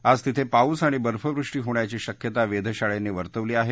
आज तिथे पाऊस अणि बर्फवृष्टी होण्याची शक्यता वेधशाळेनं वर्तवली आहे